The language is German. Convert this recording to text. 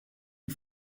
die